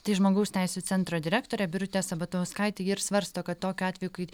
tai žmogaus teisių centro direktorė birutė sabatauskaitė ji ir svarsto kad tokiu atveju kai